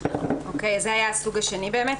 זה היה הסוג השני באמת,